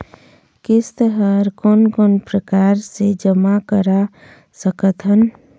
किस्त हर कोन कोन प्रकार से जमा करा सकत हन?